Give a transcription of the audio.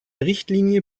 richtlinie